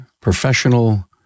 professional